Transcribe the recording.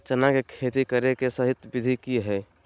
चना के खेती करे के सही विधि की हय?